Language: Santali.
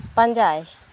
ᱯᱟᱸᱡᱟᱭ